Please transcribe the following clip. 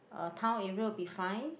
uh town area will be fine